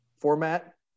Format